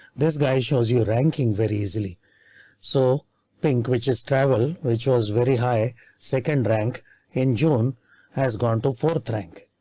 this guy shows you ranking very easily so pink, which is travel, which was very high second rank in june has gone to fourth rank.